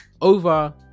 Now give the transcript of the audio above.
Over